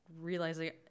realizing